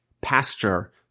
pasture